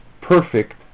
perfect